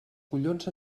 collons